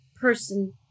person